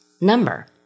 number